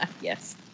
Yes